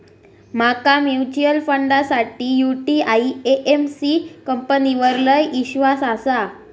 माका म्यूचुअल फंडासाठी UTI AMC कंपनीवर लय ईश्वास आसा